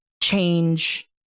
change